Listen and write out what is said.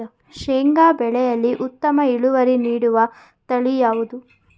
ಶೇಂಗಾ ಬೆಳೆಯಲ್ಲಿ ಉತ್ತಮ ಇಳುವರಿ ನೀಡುವ ತಳಿ ಯಾವುದು?